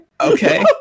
Okay